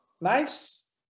nice